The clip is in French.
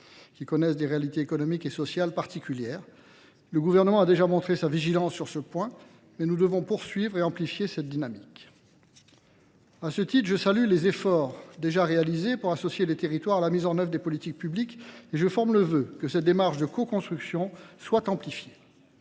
qui connaissent des réalités économiques et sociales particulières. Le gouvernement a déjà montré sa vigilance sur ce point, mais nous devons poursuivre et amplifier cette dynamique. A ce titre, je salue les efforts déjà réalisés pour associer les territoires à la mise en œuvre des politiques publiques et je forme le vœu que cette démarche de co-construction soit amplifiée.